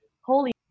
holy